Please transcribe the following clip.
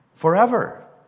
forever